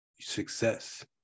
success